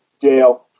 Jail